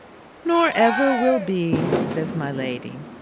nor ever will be, says my lady.